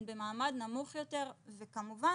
לכן,